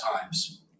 times